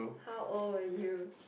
how old were you